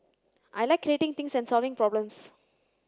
I like creating things and solving problems